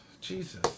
Jesus